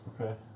Okay